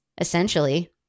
essentially